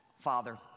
Father